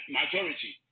majority